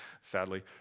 sadly